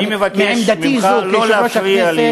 מעמדתי זו כיושב-ראש הכנסת,